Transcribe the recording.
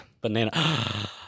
Banana